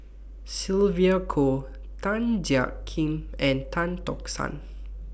Sylvia Kho Tan Jiak Kim and Tan Tock San